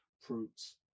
fruits